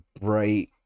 bright